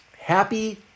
Happy